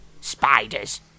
Spiders